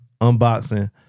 unboxing